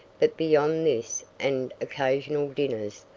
but beyond this and occasional dinners,